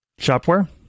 shopware